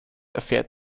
erfährt